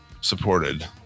supported